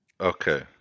Okay